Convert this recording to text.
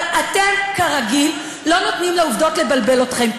אבל אתם, כרגיל, לא נותנים לעובדות לבלבל אתכם.